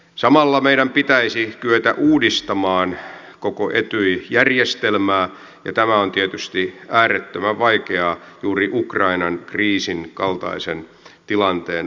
samalla meidän pitäisi kyetä uudistamaan koko etyj järjestelmää ja tämä on tietysti äärettömän vaikeaa juuri ukrainan kriisin kaltaisen tilanteen valossa